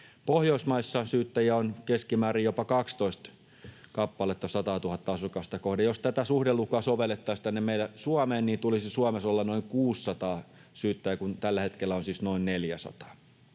Pohjoismaissa syyttäjiä on keskimäärin jopa 12 kappaletta 100 000:ta asukasta kohden. Jos tätä suhdelukua sovellettaisiin tänne meille Suomeen, niin tulisi Suomessa olla noin 600 syyttäjää, kun tällä hetkellä on siis noin 400.